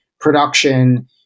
production